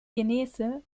genese